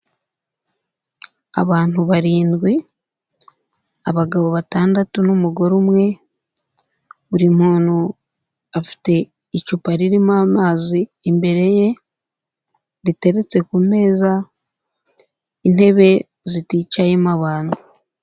Abantu barindwi, abagabo batandatu n'umugore umwe. Buri muntu afite icupa ririmo amazi imbere ye, riteretse ku meza. Intebe ziticayemo abantu.